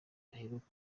baheruka